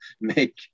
make